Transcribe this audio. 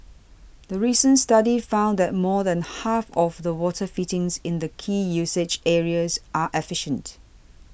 the recent study found that more than half of the water fittings in the key usage areas are efficient